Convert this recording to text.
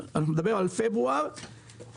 מפברואר בשנה שעברה,